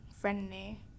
friendly